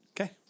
Okay